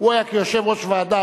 הוא היה יושב-ראש ועדה,